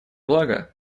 благо